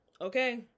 Okay